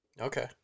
Okay